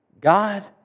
God